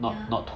ya